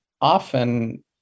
often